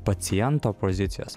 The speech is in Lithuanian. paciento pozicijos